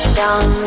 down